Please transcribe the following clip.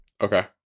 okay